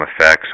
effects